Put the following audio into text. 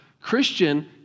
Christian